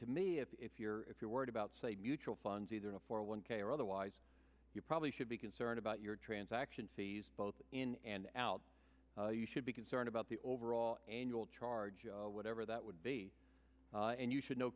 to me if you're if you're worried about say mutual funds either one for one k or otherwise you probably should be concerned about your transaction fees both in and out you should be concerned about the overall annual charge whatever that would be and you should know